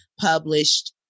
published